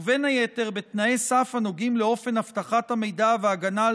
ובין היתר בתנאי סף הנוגעים לאופן אבטחת המידע והגנה על